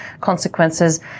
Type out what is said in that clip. consequences